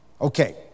Okay